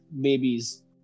babies